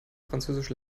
französisch